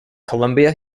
columbia